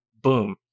boom